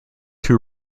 two